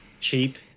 cheap